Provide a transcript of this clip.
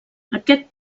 aquest